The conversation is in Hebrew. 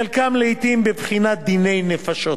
חלקם לעתים בבחינת דיני נפשות.